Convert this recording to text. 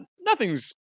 nothing's